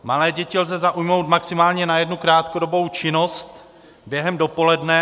Malé děti lze zaujmout maximálně na jednu krátkodobou činnost během dopoledne.